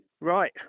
Right